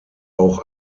auch